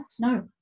No